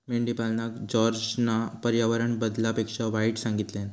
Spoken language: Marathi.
मेंढीपालनका जॉर्जना पर्यावरण बदलापेक्षा वाईट सांगितल्यान